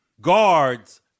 guards